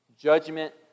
judgment